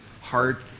heart